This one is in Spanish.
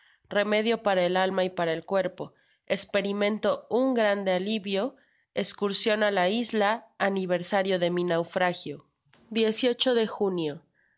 remedio para ei alma y para el cuerpo esperimento un grande alivio escursion á la isla aniversario de mi naufragio cap